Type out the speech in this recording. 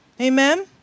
amen